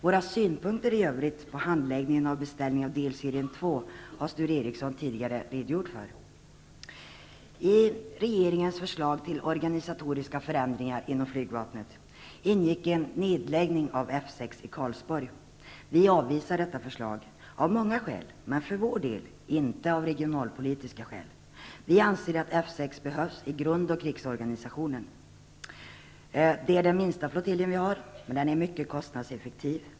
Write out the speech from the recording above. Våra synpunkter i övrigt på handläggningen av beställning av delserie 2 har Sture Ericson tidigare redogjort för. I regeringens förslag till organisatoriska förändringar inom flygvapnet ingick en nedläggning av F 6 i Karlsborg. Vi avvisar detta förslag, av många skäl, men för vår del inte av regionalpolitiska skäl. Vi anser att F 6 behövs i grund och krigsorganisationen. Det är den minsta flottiljen, men den är mycket kostnadseffektiv.